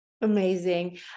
Amazing